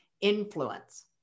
influence